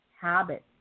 habits